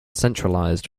centralized